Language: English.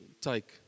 take